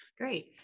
Great